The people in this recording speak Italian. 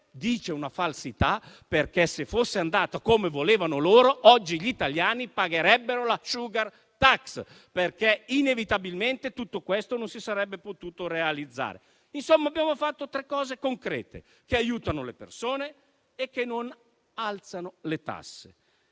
dice una falsità, perché, se fosse andata come volevano loro, oggi gli italiani pagherebbero la *sugar tax,* perché inevitabilmente tutto questo non si sarebbe potuto realizzare. Insomma, abbiamo fatto tre cose concrete, che aiutano le persone e che non alzano le tasse.